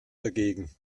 dagegen